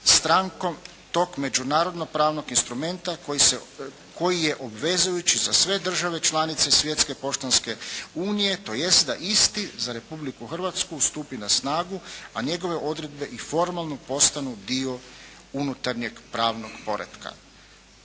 strankom tog međunarodno pravnog instrumenta koji je obvezujući za sve države članice Svjetske poštanske unije, tj. da isti za Republiku Hrvatsku stupi na snagu, a njegove odredbe i formalno postanu dio unutarnjeg pravnog poretka.